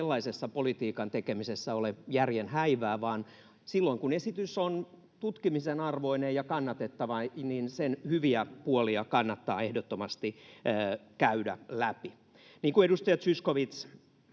sellaisessa politiikan tekemisessä ole järjen häivää, vaan silloin kun esitys on tutkimisen arvoinen ja kannatettava, niin sen hyviä puolia kannattaa ehdottomasti käydä läpi. Asiat, joita edustaja Zyskowicz